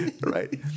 Right